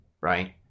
right